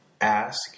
ask